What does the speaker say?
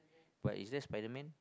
but is that Spiderman